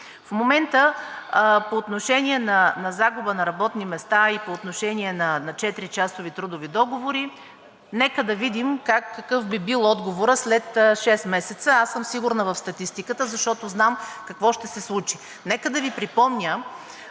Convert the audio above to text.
В момента по отношение на загуба на работни места и по отношение на четиричасови трудови договори, нека да видим какъв би бил отговорът след шест месеца. Аз съм сигурна в статистиката, защото знам какво ще се случи. Нека да Ви припомня